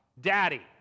Daddy